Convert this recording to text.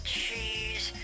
cheese